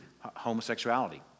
homosexuality